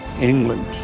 England